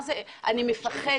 אני מפחדת.